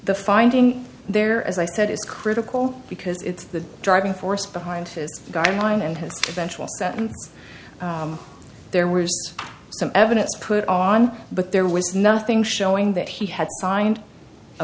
the finding there as i said is critical because it's the driving force behind his guideline and his bench was that there was some evidence put on but there was nothing showing that he had signed a